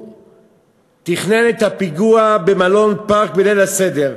שתכנן את הפיגוע במלון "פארק" בליל הסדר,